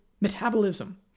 metabolism